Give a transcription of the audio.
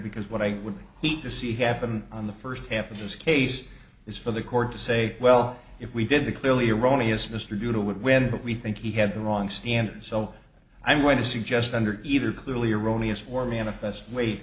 because what i would hate to see happen on the first half of this case is for the court to say well if we did the clearly erroneous mr due to wind but we think he had the wrong stand so i'm going to suggest under either clearly erroneous or manifest weight